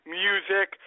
music